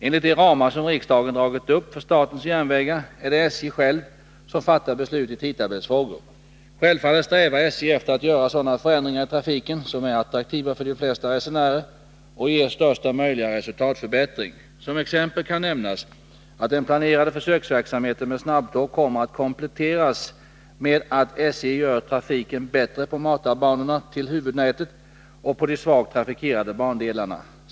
Enligt de ramar som riksdagen dragit upp för statens järnvägar är det SJ självt som fattar beslut i tidtabellsfrågor. Självfallet strävar SJ efter att göra sådana förändringar i trafiken som är attraktiva för de flesta resenärer och ger största möjliga resultatförbättring. Som exempel kan nämnas att den planerade försöksverksamheten med snabbtåg kommer att kompletteras med att SJ gör trafiken bättre på matarbanorna till huvudnätet och på de svagt trafikerade bandelarna.